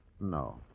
No